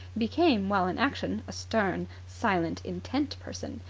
became while in action a stern, silent, intent person,